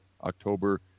October